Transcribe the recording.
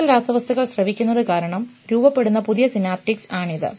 കൂടുതൽ രാസവസ്തുക്കൾ സ്രവിക്കുന്നത് കാരണം രൂപപ്പെടുന്ന പുതിയ സിനാപ്റ്റിക്സ് ആണിത്